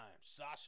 Sasha